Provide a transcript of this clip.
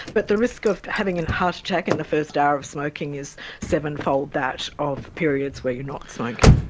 but the risk of having a heart attack in the first hour of smoking is seven-fold that of periods where you are not smoking.